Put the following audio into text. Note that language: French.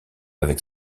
avec